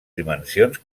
dimensions